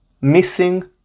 missing